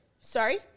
Sorry